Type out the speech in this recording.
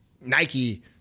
Nike